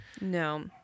no